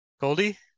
Goldie